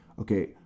Okay